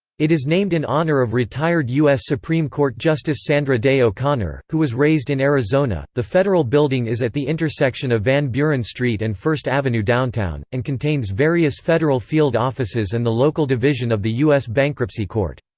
it is named in honor of retired u s. supreme court justice sandra day o'connor, who was raised in arizona the federal building is at the intersection of van buren street and first avenue downtown, and contains various federal field offices and the local division of the u s. bankruptcy court.